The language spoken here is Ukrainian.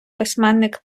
письменник